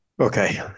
Okay